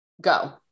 go